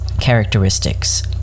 characteristics